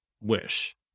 wish